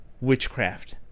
witchcraft